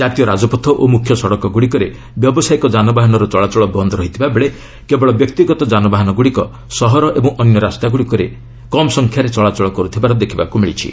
କାତୀୟ ରାଜପଥ ଓ ମୁଖ୍ୟ ସଡ଼କଗ୍ରଡ଼ିକରେ ବ୍ୟବସାୟିକ ଯାନବାହାନର ଚଳାଚଳ ବନ୍ଦ ରହିଥିବା ବେଳେ କେବଳ ବ୍ୟକ୍ତିଗତ ଯାନବାହାନଗୁଡ଼ିକ ସହର ଓ ଅନ୍ୟ ରାସ୍ତାଗୁଡ଼ିକରେ ଚଳାଚଳ କରୁଥିବାର ଦେଖିବାକୁ ମିଳିଛି